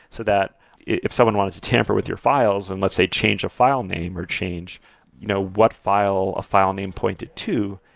so that if someone wanted to tamper with your files and let's say change a filename or change you know what what file a filename pointed to,